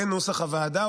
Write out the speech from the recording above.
לנוסח הוועדה,